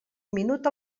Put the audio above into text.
minut